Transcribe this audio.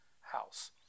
house